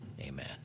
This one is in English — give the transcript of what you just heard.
Amen